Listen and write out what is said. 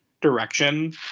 direction